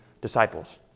disciples